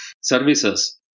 services